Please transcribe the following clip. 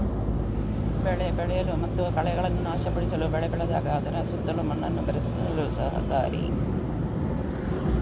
ಬೆಳೆ ಬೆಳೆಯಲು ಮತ್ತು ಕಳೆಗಳನ್ನು ನಾಶಪಡಿಸಲು ಬೆಳೆ ಬೆಳೆದಾಗ ಅದರ ಸುತ್ತಲೂ ಮಣ್ಣನ್ನು ಬೆರೆಸಲು ಸಹಕಾರಿ